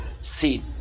see